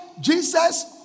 Jesus